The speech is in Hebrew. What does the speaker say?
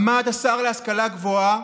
עמד השר להשכלה גבוהה,